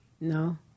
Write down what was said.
No